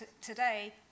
today